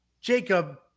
Jacob